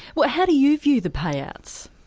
well how do you view the payouts?